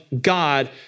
God